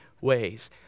ways